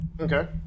Okay